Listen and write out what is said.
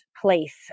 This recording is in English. place